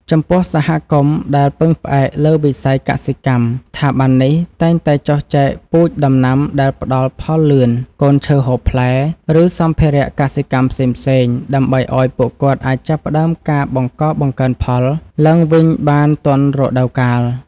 ចំពោះសហគមន៍ដែលពឹងផ្អែកលើវិស័យកសិកម្ម ស្ថាប័ននេះតែងតែចុះចែកពូជដំណាំដែលផ្ដល់ផលលឿន កូនឈើហូបផ្លែ ឬសម្ភារកសិកម្មផ្សេងៗ ដើម្បីឱ្យពួកគាត់អាចចាប់ផ្ដើមការបង្កបង្កើនផលឡើងវិញបានទាន់រដូវកាល។